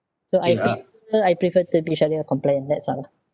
so I prefer I prefer to be shariah compliant that's why